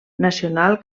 nacional